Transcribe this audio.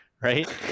right